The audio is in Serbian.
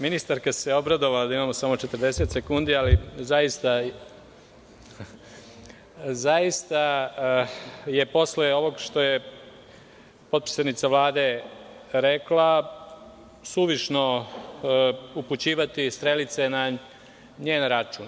Ministarka se obradovala da imamo samo 40 sekundi, ali zaista je posle ovog što je potpredsednica Vlade rekla, suvišno upućivati strelice na njen račun.